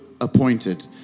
appointed